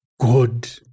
good